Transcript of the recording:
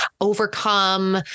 overcome